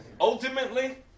Ultimately